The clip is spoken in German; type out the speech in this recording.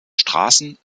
straßen